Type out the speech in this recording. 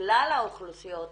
שכלל האוכלוסיות האלה,